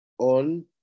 on